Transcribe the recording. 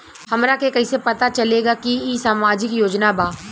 हमरा के कइसे पता चलेगा की इ सामाजिक योजना बा?